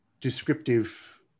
descriptive